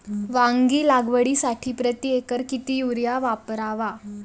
वांगी लागवडीसाठी प्रति एकर किती युरिया वापरावा?